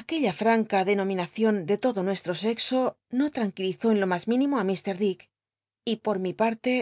aquella franc l denominacion de lodo nuestro sexo no tranquilizó en lo mas mínimo i mr dick y por mi par te